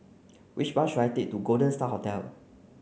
which bus should I take to Golden Star Hotel